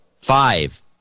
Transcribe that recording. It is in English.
five